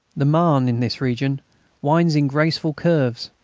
the marne in this region winds in graceful curves.